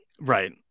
right